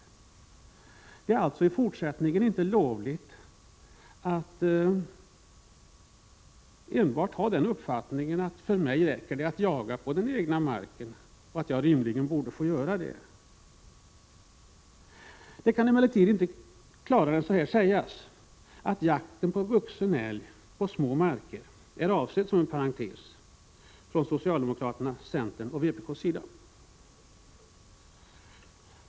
Det är alltså i fortsättningen inte lovligt att enbart ha uppfattningen att det för mig själv räcker att jaga på den egna marken och att jag rimligen borde få göra det. Klarare än så kan det inte sägas att jakt av vuxen älg på små marker är avsedd som en parentes från socialdemokraternas, centerns och vpk:s sida.